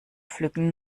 pflücken